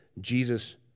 Jesus